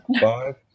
five